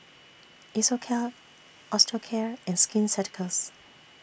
Isocal Osteocare and Skin Ceuticals